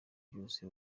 byose